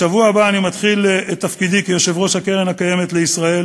בשבוע הבא אני מתחיל את תפקידי כיושב-ראש הקרן הקיימת לישראל